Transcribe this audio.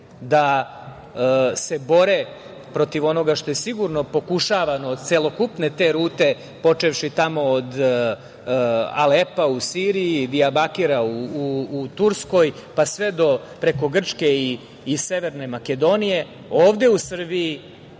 da se bore protiv onoga što je sigurno pokušavano od celokupne te rute, počevši tamo od Alepa u Siriji, Dijabakira u Turskoj, pa preko Grčke i Severne Makedonije. Ovde u Srbiji